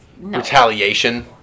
retaliation